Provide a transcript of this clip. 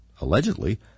allegedly